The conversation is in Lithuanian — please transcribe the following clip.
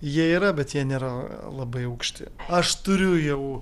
jie yra bet jie nėra labai aukšti aš turiu jau